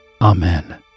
Amen